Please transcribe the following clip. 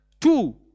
two